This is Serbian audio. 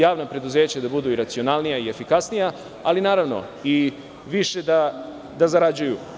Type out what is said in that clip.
Javna preduzeća moraju da budu i racionalnija i efikasnija, ali, naravno, i više da zarađuju.